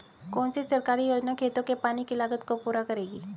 कौन सी सरकारी योजना खेतों के पानी की लागत को पूरा करेगी?